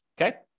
okay